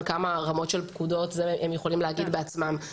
כמה רמות של פקודות והם יכולים להגיד בעצמם.